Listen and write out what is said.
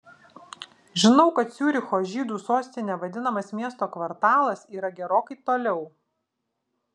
žinau kad ciuricho žydų sostine vadinamas miesto kvartalas yra gerokai toliau